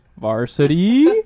Varsity